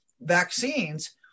vaccines